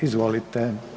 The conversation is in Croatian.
Izvolite.